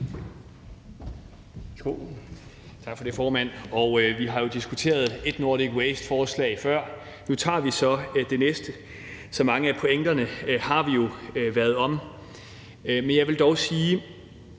Tak for det, formand. Vi har jo diskuteret et Nordic Waste-forslag før. Nu tager vi så det næste, så mange af pointerne har vi jo været rundt om. Men jeg vil dog sige